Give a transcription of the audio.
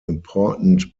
important